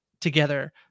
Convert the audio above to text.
together